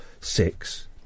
six